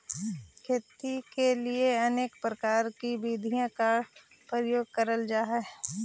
खेती के लिए अनेक प्रकार की विधियों का प्रयोग करल जा हई